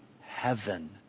heaven